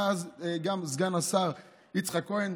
היה אז גם סגן השר יצחק כהן,